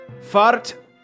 fart